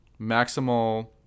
maximal